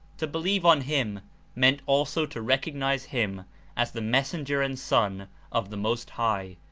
to believe on him meant also to recognize him as the messenger and son of the most high,